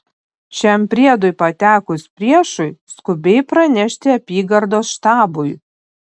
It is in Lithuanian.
šiam priedui patekus priešui skubiai pranešti apygardos štabui